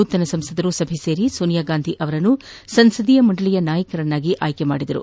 ನೂತನ ಸಂಸದರು ಸಭೆ ಸೇರಿ ಸೋನಿಯಾಗಾಂಧಿ ಅವರನ್ನು ಸಂಸದೀಯ ಮಂಡಳಿಯ ನಾಯಕರನ್ನಾಗಿ ಆಯ್ಲೆ ಮಾಡಿದರು